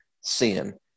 sin